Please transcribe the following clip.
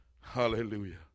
Hallelujah